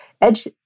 edge